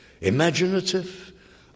imaginative